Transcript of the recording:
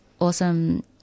awesome